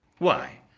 why,